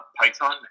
Python